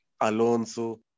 Alonso